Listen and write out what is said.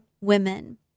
women